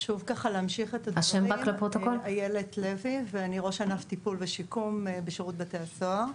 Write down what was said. אני ראש ענף טיפול ושיקום בשירות בתי הסוהר.